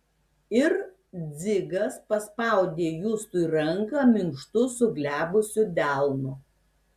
ir dzigas paspaudė justui ranką minkštu suglebusiu delnu